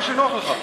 מה שנוח לך.